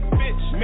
bitch